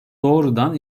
doğrudan